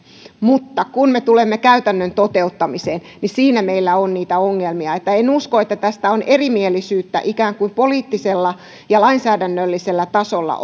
mutta kun me tulemme käytännön toteuttamiseen niin siinä meillä on niitä ongelmia en usko että tästä on erimielisyyttä ikään kuin poliittisella ja lainsäädännöllisellä tasolla